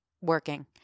working